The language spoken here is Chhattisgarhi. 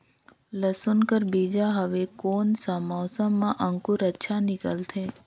लसुन कर बीजा हवे कोन सा मौसम मां अंकुर अच्छा निकलथे?